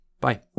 Bye